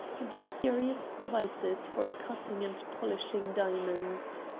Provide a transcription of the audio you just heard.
and curious devices for cutting and polishing diamonds.